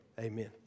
Amen